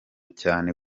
cyane